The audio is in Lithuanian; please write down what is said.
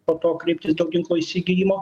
po to kreiptis dėl ginklo įsigijimo